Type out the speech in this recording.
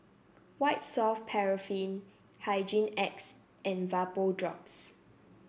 White Soft Paraffin Hygin X and Vapodrops